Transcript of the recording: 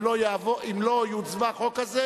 אם לא תהיה הצבעה על החוק הזה,